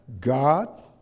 God